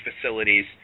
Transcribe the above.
facilities